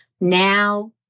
Now